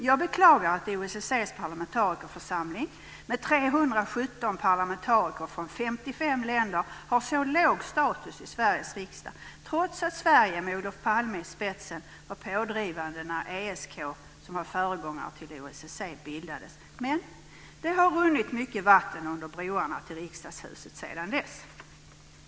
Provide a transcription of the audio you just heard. Jag beklagar att OSSE:s parlamentarikerförsamling med 317 parlamentariker från 55 länder har så låg status i Sveriges riksdag trots att Sverige med Olof Palme i spetsen var pådrivande när ESK, som var föregångare till OSSE, bildades. Men det har runnit mycket vatten under broarna till Riksdagshuset sedan dess.